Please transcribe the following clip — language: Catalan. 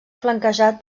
flanquejat